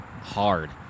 hard